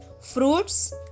fruits